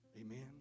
Amen